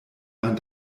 mein